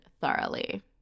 thoroughly